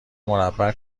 مربع